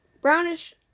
Brownish